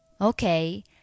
Okay